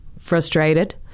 frustrated